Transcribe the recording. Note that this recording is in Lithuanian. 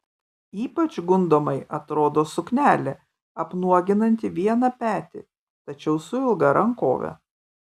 ypač gundomai atrodo suknelė apnuoginanti vieną petį tačiau su ilga rankove